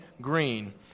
green